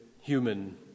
human